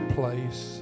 place